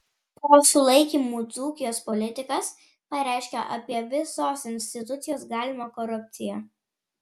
po sulaikymų dzūkijos politikas pareiškia apie visos institucijos galimą korupciją